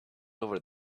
over